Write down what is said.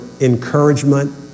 encouragement